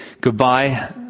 goodbye